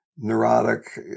neurotic